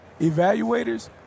evaluators